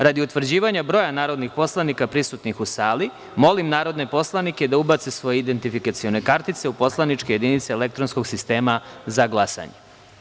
Radi utvrđivanja broja narodnih poslanika prisutnih u sali, molim narodne poslanike da ubace svoje identifikacione kartice u poslaničke jedinice elektronskog sistema za glasanje.